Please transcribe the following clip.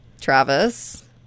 Travis